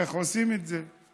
איך עושים את זה.